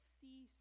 see